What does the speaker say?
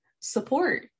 support